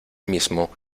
mismo